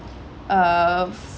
uh